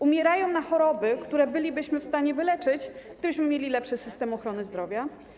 Umierają na choroby, które bylibyśmy w stanie wyleczyć, gdybyśmy mieli lepszy system ochrony zdrowia.